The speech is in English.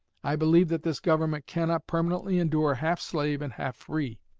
i believe that this government cannot permanently endure half slave and half free.